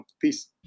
peace